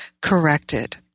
corrected